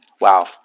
Wow